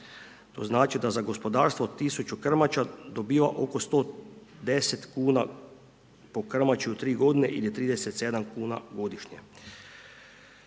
to znači da za gospodarstvu od 1000 krmača dobiva oko 110 kuna po krmači u 3 godine ili 37 kuna godišnje.